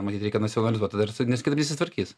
matyt reikia nacionalizuot tada ir nes kitaip nesitvarkys